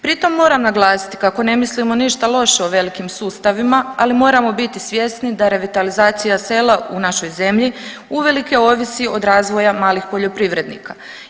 Pritom moram naglasiti kako ne mislimo ništa loše o velikim sustavima, ali moramo biti svjesni da revitalizacija sela u našoj zemlji uvelike ovisi od razvoja malih poljoprivrednika.